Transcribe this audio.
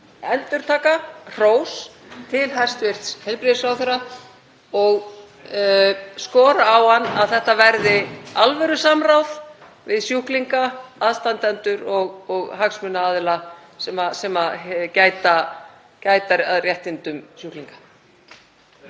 endurtaka hrós til hæstv. heilbrigðisráðherra og skora á hann að haft verði alvörusamráð við sjúklinga, aðstandendur og hagsmunaaðila sem gæta að réttindum sjúklinga.